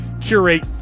curate